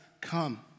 come